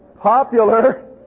popular